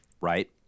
right